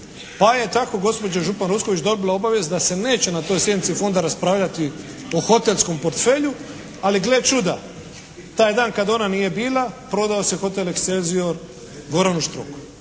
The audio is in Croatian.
Pa je tako gospođa Župan Usković dobila obavijest da se neće na toj sjednici fonda raspravljati o hotelskom portfelju, ali gle čuda. Taj dan kada ona nije bila prodao se hotel "Excelsior" Goranu Štroku.